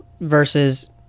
versus